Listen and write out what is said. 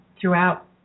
throughout